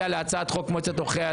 להצעת חוק מועצת עורכי הדין.